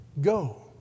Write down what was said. go